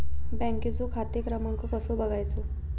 बँकेचो खाते क्रमांक कसो बगायचो?